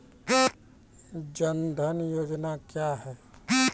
जन धन योजना क्या है?